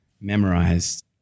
memorized